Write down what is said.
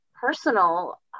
personal